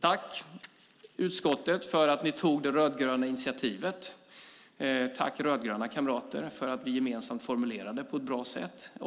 Tack, utskottet, för att ni tog det rödgröna initiativet! Tack, rödgröna kamrater, för att vi gemensamt formulerade det på ett bra sätt!